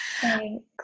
Thanks